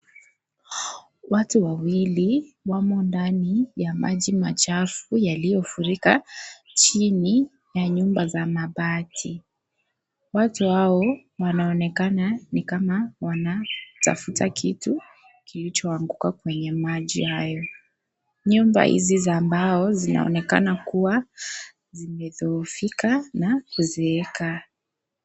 Watu wawili wamo ndani ya maji machafu yaliyofurika chini ya nyumba za mabati. Watu hao wanaonekana ni kama wanamtafuta kitu kilichoanguka kwenye maji hayo. Nyumba hizi za mbao zinaonekana kuwa zimedhoofika na kuzeeka.